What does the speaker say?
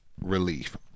relief